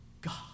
God